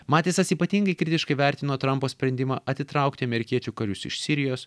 matisas ypatingai kritiškai vertino trampo sprendimą atitraukti amerikiečių karius iš sirijos